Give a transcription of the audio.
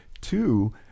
Two